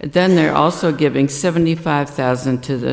and then they're also giving seventy five thousand to